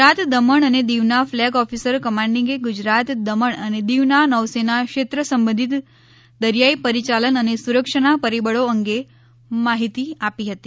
ગુજરાત દમણ અને દીવના flag officer કમાજિંગે ગુજરાત દમણ અને દીવ નૌસેના ક્ષેત્ર સંબંધિત દરિયાઇ પરિયાલન અને સુરક્ષાના પરિબળો અંગે માહિતી આપી હતી